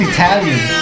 Italian